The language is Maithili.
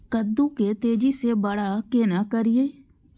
कद्दू के तेजी से बड़ा केना करिए?